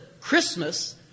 Christmas